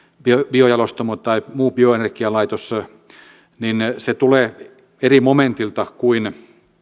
biojalostamo tai muu bioenergialaitos niin se tulee eri momentilta kuin